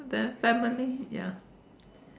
then family ya